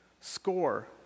score